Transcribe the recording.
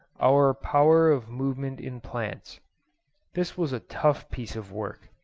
our power of movement in plants this was a tough piece of work.